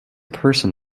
person